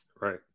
Right